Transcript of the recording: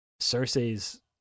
Cersei's